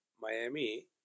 miami